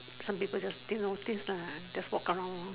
some people just didn't noticed lah just walk around loh